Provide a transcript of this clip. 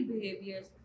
behaviors